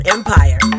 Empire